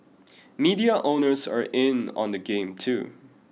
depression is a real thing